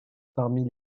parmi